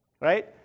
right